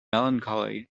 melancholy